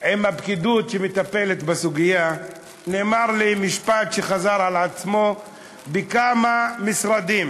עם הפקידות שמטפלת בסוגיה נאמר לי משפט שחזר בכמה משרדים: